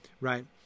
right